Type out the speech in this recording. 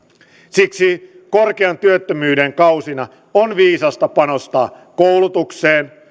siksi korkean työttömyyden kausina on viisasta panostaa koulutukseen